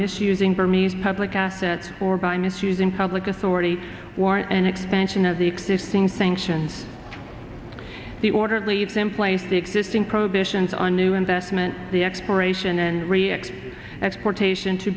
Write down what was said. misusing burmese public assets or by misusing public authority or an expansion of the existing sanctions the orderly then place the existing prohibitions on new investment the expiration and re explain exportation to